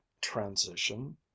transition